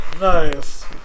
Nice